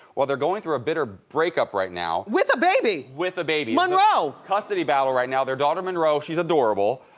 well, they're going through a bitter breakup right now. with a baby. with a baby. monroe. custody battle right now, their daughter monroe. she's adorable.